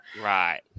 Right